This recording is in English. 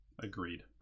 Agreed